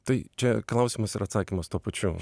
tai čia klausimas ir atsakymas tuo pačiu